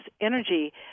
energy